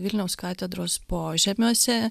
vilniaus katedros požemiuose